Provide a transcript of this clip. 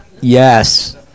Yes